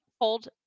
hold